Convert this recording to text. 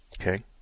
Okay